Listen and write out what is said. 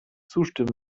zustimmt